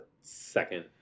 second